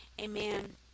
Amen